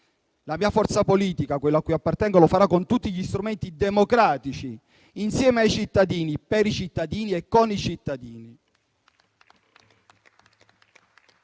la forza politica a cui appartengo lo farà con tutti gli strumenti democratici, insieme ai cittadini, per i cittadini e con i cittadini.